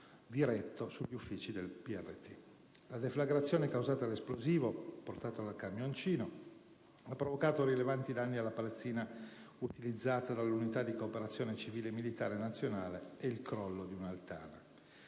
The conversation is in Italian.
diretto sugli edifici del PRT. La deflagrazione causata dall'esplosivo portato dal camioncino ha provocato rilevanti danni ad una palazzina utilizzata dall'Unità di cooperazione civile e militare nazionale ed il crollo di un'altana.